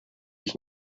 ich